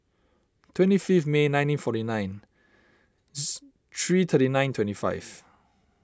twenty fifth May nineteen forty nine three thirty nine twenty five